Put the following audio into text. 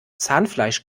zahnfleisch